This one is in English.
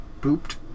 pooped